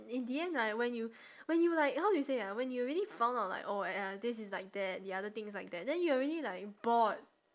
in the end like when you when you like how do you say ah when you already found out like oh uh this is like that the other thing is like that then you already like bored